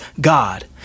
God